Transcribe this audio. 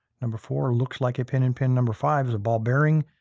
number four looks like a pin in pin. number five is a ball bearing.